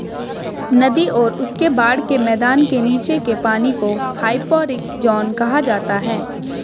नदी और उसके बाढ़ के मैदान के नीचे के पानी को हाइपोरिक ज़ोन कहा जाता है